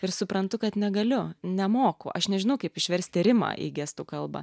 ir suprantu kad negaliu nemoku aš nežinau kaip išversti rimą į gestų kalbą